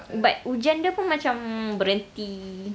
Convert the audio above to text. but hujan dia pun macam berhenti